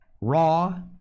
Raw